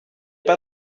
pas